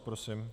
Prosím